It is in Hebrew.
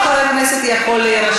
כל חבר כנסת יכול להירשם.